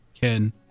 Ken